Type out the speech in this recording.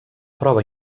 prova